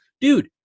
dude